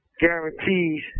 guarantees